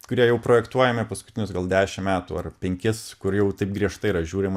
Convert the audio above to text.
kurie jau projektuojami paskutinius gal dešimt metų ar penkis kur jau taip griežtai yra žiūrima